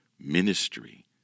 ministry